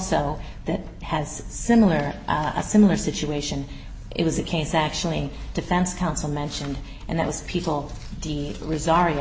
settle that has similar a similar situation it was a case actually defense counsel mentioned and that was people d resign